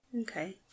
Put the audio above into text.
Okay